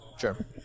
Sure